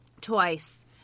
twice